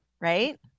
right